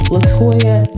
Latoya